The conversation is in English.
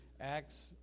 Acts